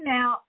Now